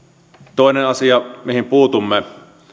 toinen asia mihin puutumme